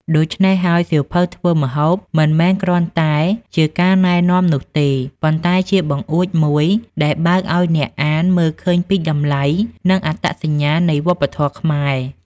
ដូច្នេះហើយ សៀវភៅធ្វើម្ហូបមិនមែនគ្រាន់តែជាការណែនាំនោះទេ ប៉ុន្តែជាបង្អួចមួយដែលបើកឲ្យអ្នកអានមើលឃើញពីតម្លៃ និងអត្តសញ្ញាណនៃវប្បធម៌ខ្មែរ។